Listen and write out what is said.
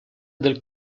del